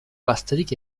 gazterik